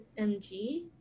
MG